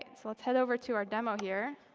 and so let's head over to our demo here.